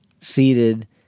seated